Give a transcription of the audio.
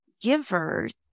givers